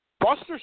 Buster